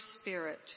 spirit